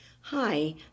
Hi